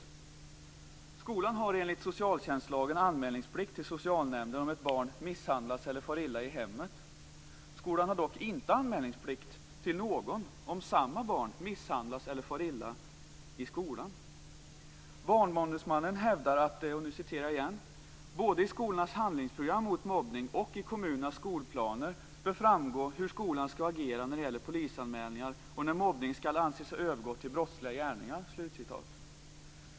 Skolan har enligt socialtjänstlagen anmälningsplikt till socialnämnden om ett barn misshandlas eller far illa i hemmet. Skolan har dock inte anmälningsplikt till någon om samma barn misshandlas eller far illa i skolan. Barnombudsmannen hävdar att både i skolornas handlingsprogram mot mobbning och i kommunernas skolplaner bör framgå hur skolan skall agera när det gäller polisanmälningar och när mobbning skall anses ha övergått till brottsliga gärningar.